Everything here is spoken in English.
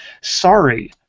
Sorry